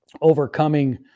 overcoming